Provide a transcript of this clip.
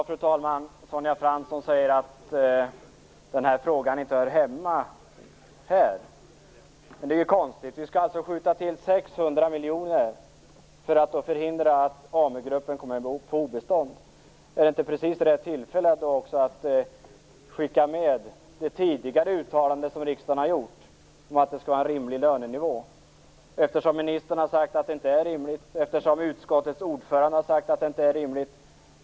Fru talman! Sonja Fransson säger att denna fråga inte hör hemma här. Det är konstigt. Vi skall skjuta till 600 miljoner kronor för att förhindra att Amugruppen kommer på obestånd. Är det inte då precis rätt tillfälle att också skicka med det uttalande som riksdagen tidigare har gjort om att det skall vara en rimlig lönenivå? Ministern har ju sagt att det inte är rimligt. Utskottets ordförande har sagt att det inte är rimligt.